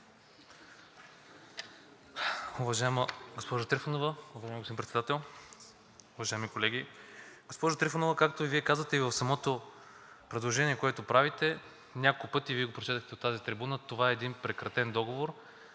Трифонова, господин Председател, уважаеми колеги! Госпожо Трифонова, както и Вие казвате, в самото предложение, което правите, няколко пъти го прочетохте от тази трибуна и това е един прекратен договор.